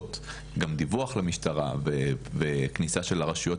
שמצדיקות גם דיווח למשטרה וכניסה של הרשויות